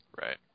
Right